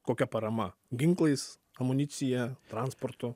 kokia parama ginklais amunicija transportu